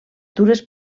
dures